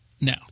Now